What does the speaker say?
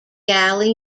galli